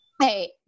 hey